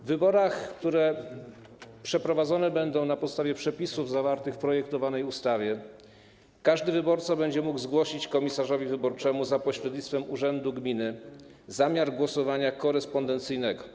W wyborach, które przeprowadzone będą na podstawie przepisów zawartych w projektowanej ustawie, każdy wyborca będzie mógł zgłosić komisarzowi wyborczemu, za pośrednictwem urzędu gminy, zamiar głosowania korespondencyjnego.